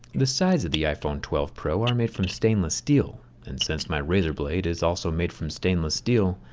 the sides of the iphone twelve pro are made from stainless steel, and since my razor blade is also made from stainless steel,